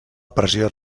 pressió